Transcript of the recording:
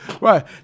Right